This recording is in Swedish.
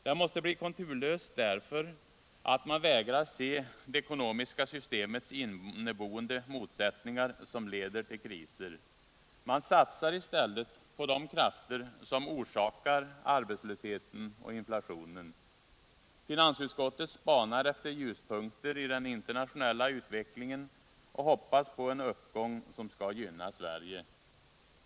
Den måste bli konturlös därför att man vägrar se det ekonomiska systemets inneboende motsättningar som leder till kriser. Man satsar i stället på de krafter som orsakar arbetslösheten och inflationen. Finansutskottet spanar efter ljuspunkter i den internationella utvecklingen och hoppas på en uppgång som skall gynna Sverige.